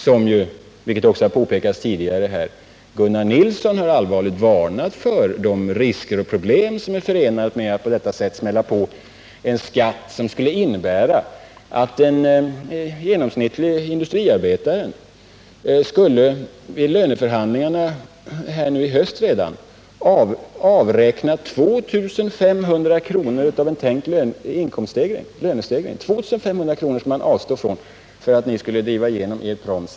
Som tidigare påpekats har Gunnar Nilsson allvarligt varnat för de risker och problem som är förenade med att på detta sätt lägga på en skatt, som skulle innebära att den genomsnittlige industriarbetaren redan vid löneförhandlingarna i höst skulle få avräkna 2 500 kr. av en tänkt inkomststegring. Detta skulle ske därför att ni skulle kunna driva igenom er ”proms”.